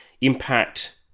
impact